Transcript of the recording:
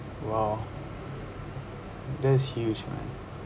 !wow! that's huge man